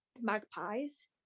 magpies